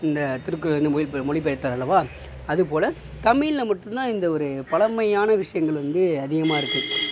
இந்த திருக்குறள் வந்து மொழி மொழி பெயர்த்தார் அல்லவா அதுபோல தமிழில் மட்டும்தான் இந்த ஒரு பழமையான விஷயங்கள் வந்து அதிகமாக இருக்கு